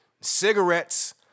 cigarettes